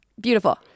beautiful